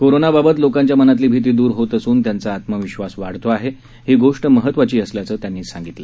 कोरोनाबाबत लोकांच्या मनातली भीती द्र होत असून त्यांचा आत्मविधास वाढत आहे ही गोष्ट महत्वाची असल्याचं ते म्हणाले